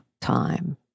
time